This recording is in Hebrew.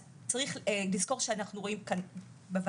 אז צריך לזכור שאנחנו רואים כאן בוועדה